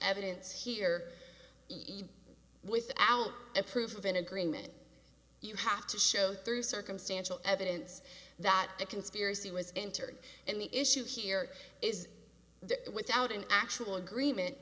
evidence here without a proof of an agreement you have to show through circumstantial evidence that a conspiracy was entered and the issue here is that without an actual agreement